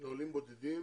לעולים בודדים